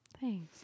Thanks